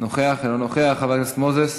אינו נוכח, חבר הכנסת מוזס,